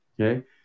Okay